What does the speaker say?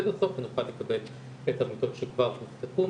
בסוף ונוכל לקבל את המיטות שכבר הובטחו,